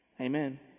Amen